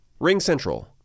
RingCentral